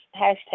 Hashtag